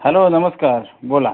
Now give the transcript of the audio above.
hello नमस्कार बोला